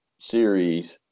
series